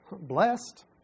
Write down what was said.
blessed